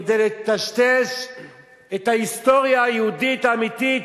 כדי לטשטש את ההיסטוריה היהודית האמיתית,